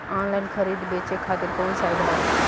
Online खरीदे बेचे खातिर कवन साइड ह?